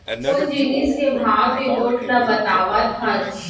कोन जिनिस के भाव के गोठ ल बतावत हस?